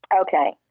okay